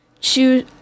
choose